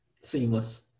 seamless